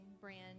brand